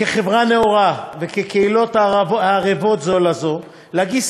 כחברה נאורה וכקהילות הערבות זו לזו להגיש